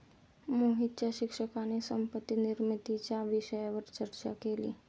मोहितच्या शिक्षकाने संपत्ती निर्मितीच्या विषयावर चर्चा केली